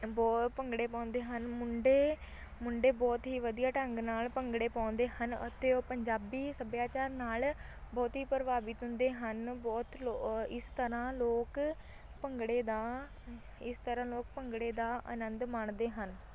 ਬਹੁਤ ਭੰਗੜੇ ਪਾਉਂਦੇ ਹਨ ਮੁੰਡੇ ਮੁੰਡੇ ਬਹੁਤ ਹੀ ਵਧੀਆ ਢੰਗ ਨਾਲ ਭੰਗੜੇ ਪਾਉਂਦੇ ਹਨ ਅਤੇ ਉਹ ਪੰਜਾਬੀ ਸੱਭਿਆਚਾਰ ਨਾਲ ਬਹੁਤ ਹੀ ਪ੍ਰਭਾਵਿਤ ਹੁੰਦੇ ਹਨ ਬਹੁਤ ਲੋ ਇਸ ਤਰ੍ਹਾਂ ਲੋਕ ਭੰਗੜੇ ਦਾ ਇਸ ਤਰ੍ਹਾਂ ਲੋਕ ਭੰਗੜੇ ਦਾ ਆਨੰਦ ਮਾਣਦੇ ਹਨ